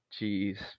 Jeez